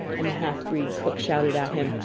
and the half-breed cook shouted at him,